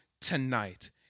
tonight